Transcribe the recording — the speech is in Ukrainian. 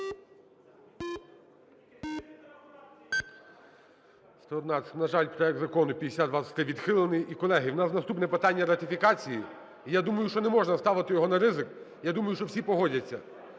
На жаль, проект Закону 5023 відхилений. І, колеги, в нас наступне питання - ратифікації. Я думаю, що не можна ставити його на ризик, я думаю, що всі погодяться.